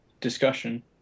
discussion